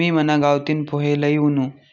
मी मना गावतीन पोहे लई वुनू